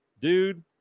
dude